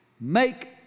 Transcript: make